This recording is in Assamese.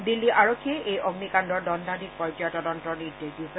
দিল্লী আৰক্ষীয়ে এই অগ্নিকাণ্ডৰ দণ্ডাধীশ পৰ্যায়ৰ তদন্তৰ নিৰ্দেশ দিছে